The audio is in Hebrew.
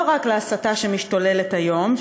לא רק להסתה שמשתוללת היום,